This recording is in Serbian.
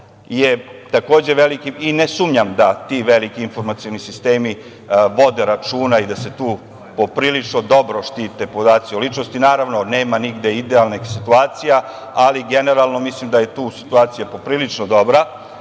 je takođe veliki i ne sumnjam da ti veliki informacioni sistemi vode računa i da se tu poprilično dobro štite podaci o ličnosti. Naravno, nema nigde idealnih situacija, ali generalno mislim da je tu situacija poprilično dobra